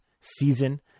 season